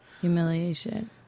humiliation